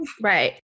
Right